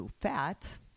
fat